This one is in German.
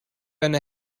eine